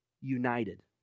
United